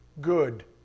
good